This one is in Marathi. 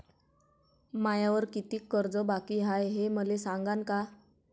मायावर कितीक कर्ज बाकी हाय, हे मले सांगान का?